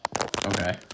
Okay